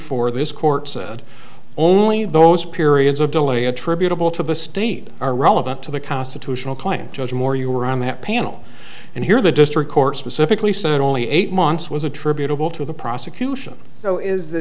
four this court said only those periods of delay attributable to the steed are relevant to the constitutional client judge moore you were on that panel and here the district court specifically said only eight months was attributable to the prosecution so is the